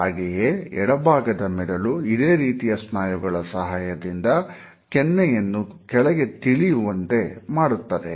ಹಾಗೆಯೇ ಎಡಭಾಗದ ಮೆದುಳು ಇದೇ ರೀತಿಯ ಸ್ನಾಯುಗಳ ಸಹಾಯದಿಂದ ಕೆನ್ನೆಯನ್ನು ಕೆಳಗೆ ತಿಳಿಯುವಂತೆ ಮಾಡುತ್ತದೆ